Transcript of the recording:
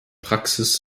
praxis